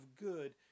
good